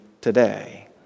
today